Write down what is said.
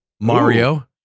mario